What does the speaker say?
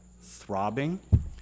throbbing